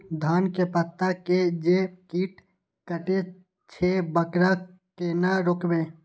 धान के पत्ता के जे कीट कटे छे वकरा केना रोकबे?